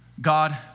God